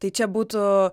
tai čia būtų